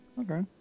Okay